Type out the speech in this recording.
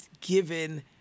given